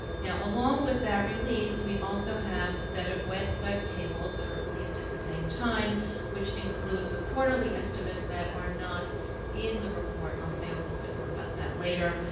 now, along with that release, we also have a set of web web tables that are released at the same time which includes the quarterly estimates that are not in the report. and i'll say a little bit more about that later.